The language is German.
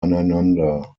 aneinander